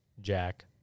Jack